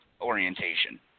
orientation